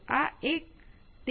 આ Ic નું પ્રારંભિક મૂલ્ય શું છે